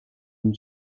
and